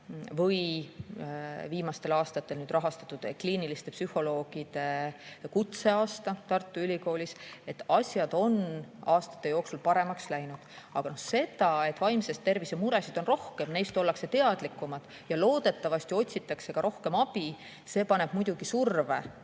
või viimastel aastatel nüüd rahastatud kliiniliste psühholoogide kutseaasta Tartu Ülikoolis. Nii et asjad on aastate jooksul paremaks läinud. Aga teisalt see, et vaimse tervise muresid on rohkem, neist ollakse teadlikumad ja loodetavasti otsitakse ka rohkem abi, paneb muidugi surve